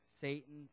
Satan